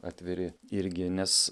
atviri irgi nes